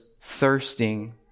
thirsting